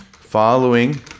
following